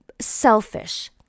selfish